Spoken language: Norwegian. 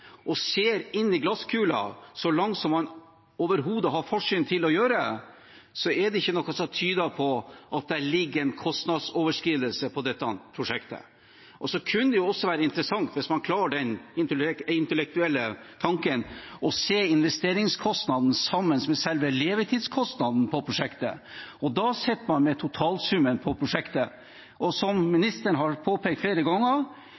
og ser inn i glasskulen så langt som man overhodet har forsyn til å gjøre, er det ikke noe som tyder på at det ligger en kostnadsoverskridelse på dette prosjektet. Så kunne det også vært interessant, hvis man klarer den intellektuelle tanken, å se investeringskostnaden sammen med selve levetidskostnaden på prosjektet. Da sitter man med totalsummen på prosjektet. Som ministeren har påpekt flere ganger,